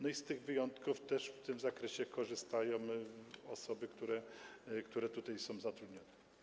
No i z tych wyjątków też w tym zakresie korzystają osoby, które tutaj są zatrudnione.